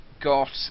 got